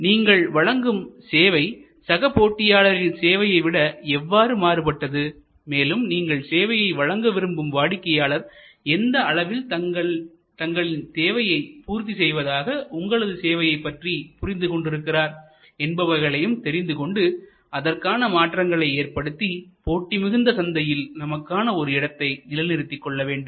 நீங்கள் வழங்கும் சேவை சக போட்டியாளரின் சேவையை விட எவ்வாறு மாறுபட்டது மேலும் நீங்கள் சேவையை வழங்க விரும்பும் வாடிக்கையாளர் எந்த அளவில் தங்களின் தேவையை பூர்த்தி செய்வதாக உங்களது சேவையைப் பற்றி புரிந்து கொண்டிருக்கிறார் என்பவைகளையும் தெரிந்துகொண்டு அதற்கான மாற்றங்களை ஏற்படுத்தி போட்டி மிகுந்த சந்தையில் நமக்கான ஒரு இடத்தை நிலைநிறுத்திக்கொள்ள வேண்டும்